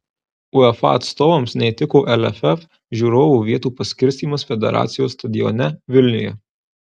uefa atstovams neįtiko lff žiūrovų vietų paskirstymas federacijos stadione vilniuje